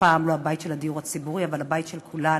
הפעם לא הבית של הדיור הציבורי אבל הבית של כולנו.